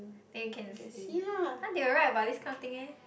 then you can see !huh! they will write about this kind of thing eh